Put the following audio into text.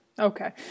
Okay